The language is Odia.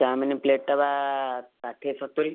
ଚାଉମିନ୍ ପ୍ଲେଟ୍ ଟା ବା ଷାଠିଏ ସତୁରୀ